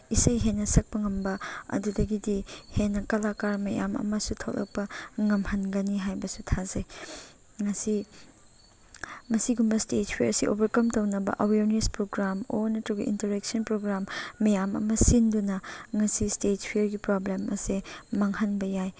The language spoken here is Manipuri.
ꯏꯁꯩ ꯍꯦꯟꯅ ꯁꯛꯄ ꯉꯝꯕ ꯑꯗꯨꯗꯒꯤꯗꯤ ꯍꯦꯟꯅꯅ ꯀꯂꯥꯀꯥꯔ ꯃꯌꯥꯝ ꯑꯃꯁꯨ ꯊꯣꯛꯂꯛꯄ ꯉꯝꯍꯟꯒꯅꯤ ꯍꯥꯏꯕꯁꯨ ꯊꯥꯖꯩ ꯉꯁꯤ ꯃꯁꯤꯒꯨꯝꯕ ꯏꯁꯇꯦꯖ ꯐꯤꯌꯔ ꯑꯁꯤ ꯑꯣꯚꯔꯀꯝ ꯇꯧꯅꯕ ꯑꯋ꯭ꯌꯥꯔꯅꯦꯁ ꯄ꯭ꯔꯣꯒ꯭ꯔꯥꯝ ꯑꯣꯔ ꯅꯠꯇ꯭ꯔꯒ ꯏꯟꯇꯔꯦꯛꯁꯟ ꯄ꯭ꯔꯣꯒ꯭ꯔꯥꯝ ꯃꯌꯥꯝ ꯑꯃ ꯁꯤꯟꯗꯨꯅ ꯉꯁꯤ ꯏꯁꯇꯦꯖ ꯐꯤꯌꯔꯒꯤ ꯄ꯭ꯔꯣꯕ꯭ꯂꯦꯝ ꯑꯁꯦ ꯃꯥꯡꯍꯟꯕ ꯌꯥꯏ